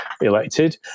elected